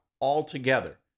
altogether